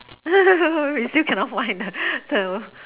we still cannot find the the